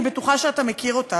אני בטוחה שאתה מכיר אותה,